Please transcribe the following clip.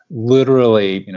literally you know